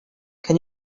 can